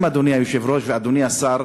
אלפים, אדוני היושב-ראש, אדוני השר,